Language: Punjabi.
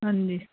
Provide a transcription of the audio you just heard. ਹਾਂਜੀ